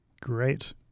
Great